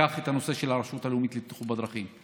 קח את הנושא של הרשות לאומית לבטיחות בדרכים,